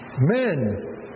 Men